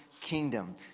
kingdom